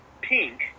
pink